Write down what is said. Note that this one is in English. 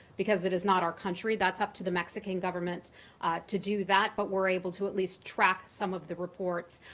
because it is not our country. that's up to the mexican government to do that, but we're able to at least track some of the reports.